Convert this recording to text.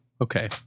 Okay